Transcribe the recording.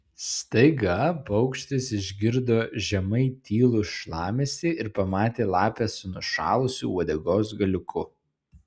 staiga paukštis išgirdo žemai tylų šlamesį ir pamatė lapę su nušalusiu uodegos galiuku